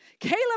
Caleb